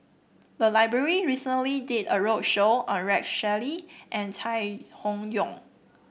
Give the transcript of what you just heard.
the library recently did a roadshow on Rex Shelley and Chai Hon Yoong